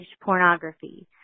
pornography